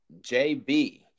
JB